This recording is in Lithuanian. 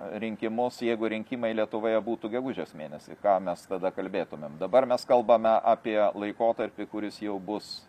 rinkimus jeigu rinkimai lietuvoje būtų gegužės mėnesį ką mes tada kalbėtumėm dabar mes kalbame apie laikotarpį kuris jau bus